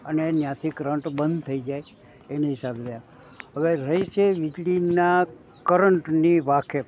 અને ત્યાંથી કરંટ બંધ થઈ જાય એને હિસાબે લ્યા હવે રહી છે વીજળીના કરંટની વાકેફ